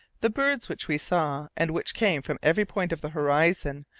the birds which we saw, and which came from every point of the horizon,